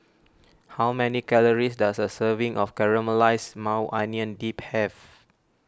how many calories does a serving of Caramelized Maui Onion Dip have